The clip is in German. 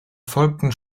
folgten